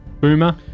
Boomer